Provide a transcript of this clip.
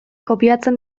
kopiatzen